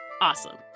Awesome